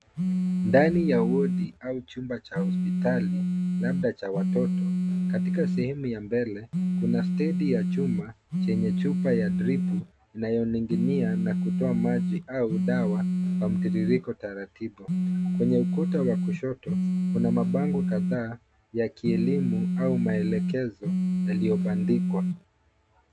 Ndani ya wodi au chumba cha hospitali labda cha watoto katika sehemu ya mbele kuna stendi ya chuma chenye chupa ya dripu inayoning'inia na kutoa maji au dawa kwa mtiririko taratibu. Kwenye ukuta wa kushoto kuna mabango kadhaa ya kielimu au maelekezo yaliyobandikwa.